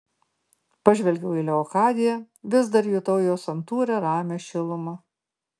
pažvelgiau į leokadiją vis dar jutau jos santūrią ramią šilumą